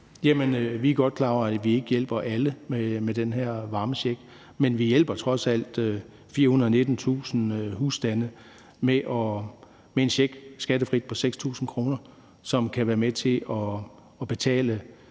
Vi er godt klar over, at vi ikke hjælper alle med den her varmecheck, men vi hjælper trods alt 419.000 husstande med en skattefri check på 6.000 kr., som kan være med til at betale